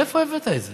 מאיפה הבאת את זה?